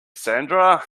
sandra